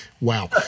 wow